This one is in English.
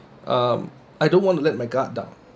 um I don't want to let my guard down